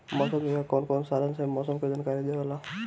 मौसम विभाग कौन कौने साधन से मोसम के जानकारी देवेला?